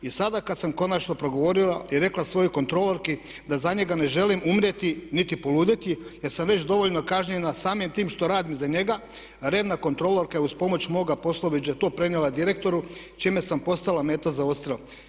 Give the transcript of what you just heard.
I sada kad sam konačno progovorila i rekla svojoj kontrolorki da za njega ne želim umrijeti niti poludjeti jer sam već dovoljno kažnjena samim tim što radim za njega, revna kontrolorka je uz pomoć moga poslovođe to prenijela direktoru čime sam postala meta za odstrjel.